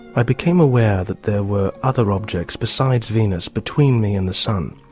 i became aware that there were other objects besides venus between me and the sun.